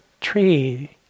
tree